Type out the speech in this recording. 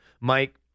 Mike